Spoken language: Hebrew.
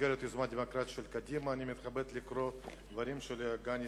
במסגרת יוזמה דמוקרטית של קדימה אני מתכבד לקרוא דברים של דני שניר: